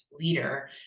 leader